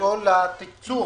כל התקצוב